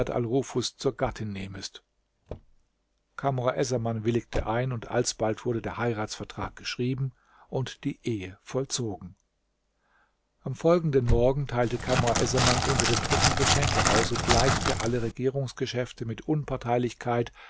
nufus zur gattin nehmest kamr essaman willigte ein und alsbald wurde der heiratsvertrag geschrieben und die ehe vollzogen am folgenden morgen teilte kamr essaman unter den truppen geschenke aus und leitete alle regierungsgeschäfte mit unparteilichkeit